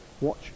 Watch